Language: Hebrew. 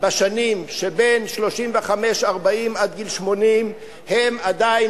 בשנים שבין 35 ל-40 עד גיל 80 הם עדיין,